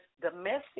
domestic